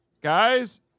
Guys